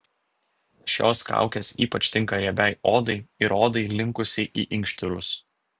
šios kaukės ypač tinka riebiai odai ir odai linkusiai į inkštirus